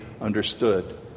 understood